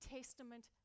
Testament